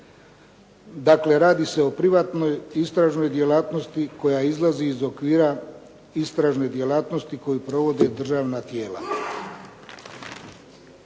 Dakle radi se o privatnoj istražnoj djelatnosti koja izlazi iz okvira istražne djelatnosti koju provode državna tijela.